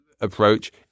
approach